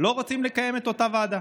לא רוצים לקיים את אותה ועדה.